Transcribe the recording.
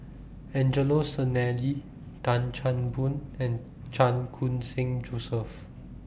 Angelo Sanelli Tan Chan Boon and Chan Khun Sing Joseph